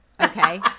Okay